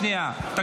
שנייה.